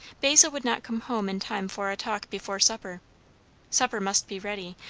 basil would not come home in time for a talk before supper supper must be ready,